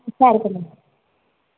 ಸರಿ ಸರಿ ಮೇಡಮ್